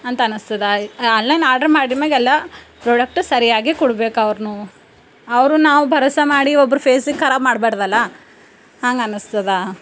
ಅಂತ ಅನಿಸ್ತದೆ ಈ ಆನ್ಲೈನ್ ಆರ್ಡ್ರ್ ಮಾಡಿದ್ಮೇಲೆಲ್ಲ ಪ್ರೊಡಕ್ಟ್ ಸರಿಯಾಗಿ ಕೊಡ್ಬೇಕು ಅವ್ರೂ ಅವರು ನಾವು ಭರೊಸೆ ಮಾಡಿ ಒಬ್ರು ಫೇಸಿಗೆ ಖರಾಬು ಮಾಡಬಾರ್ದಲ್ಲ ಹಂಗ ಅನಿಸ್ತದೆ